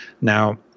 Now